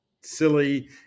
silly